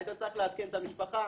היית צריך לעדכן את המשפחה,